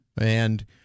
And-